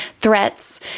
threats